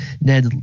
Ned